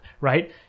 right